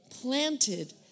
planted